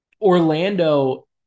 Orlando